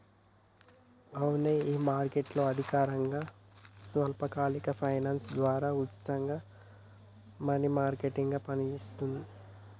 అవునే ఈ మార్కెట్ అధికారకంగా స్వల్పకాలిక ఫైనాన్స్ ద్వారా ఉచితంగా మనీ మార్కెట్ గా పనిచేస్తుంది